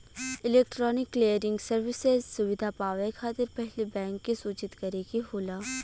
electronic clearing services सुविधा पावे खातिर पहिले बैंक के सूचित करे के होला